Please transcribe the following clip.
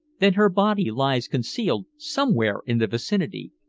then her body lies concealed somewhere in the vicinity.